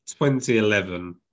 2011